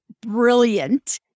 brilliant